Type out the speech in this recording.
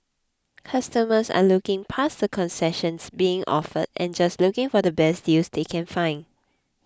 customers are looking past the concessions being offered and just looking for the best deals they can find